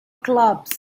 clubs